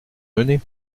mené